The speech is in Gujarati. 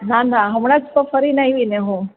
ના ના હમણાં જ તો ફરીને આવીને હું